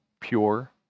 pure